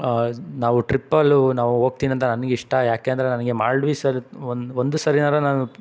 ನಾವು ಟ್ರಿಪ್ಪಲ್ಲೂ ನಾವು ಹೋಗ್ತಿನಂತ ನನಿಗೆ ಇಷ್ಟ ಯಾಕೆ ಅಂದರೆ ನನಗೆ ಮಾಲ್ಡೀವ್ಸಲ್ಲಿ ಒಂದು ಒಂದು ಸರಿನಾದ್ರು ನಾನು